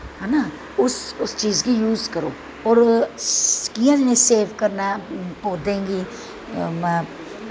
हैना उस चीज़ गी य़ूज करो और कियां सेफ करनां ऐ पौधें गी